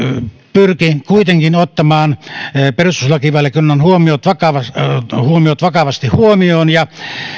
pyrki kuitenkin ottamaan perustuslakivaliokunnan huomiot vakavasti huomiot vakavasti huomioon ja